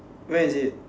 where is it